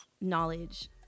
knowledge